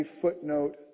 footnote